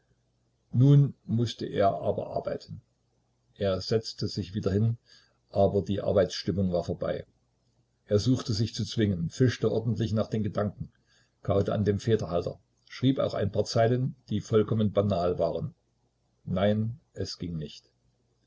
nun mußte er aber arbeiten er setzte sich wieder hin aber die arbeitsstimmung war vorbei er suchte sich zu zwingen fischte ordentlich nach den gedanken kaute an dem federhalter schrieb auch ein paar zeilen die vollkommen banal waren nein es ging nicht